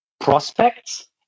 prospects